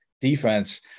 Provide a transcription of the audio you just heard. defense